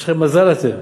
יש לכם מזל אתם.